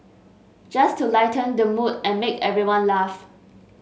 just to lighten the mood and make everyone laugh